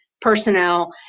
personnel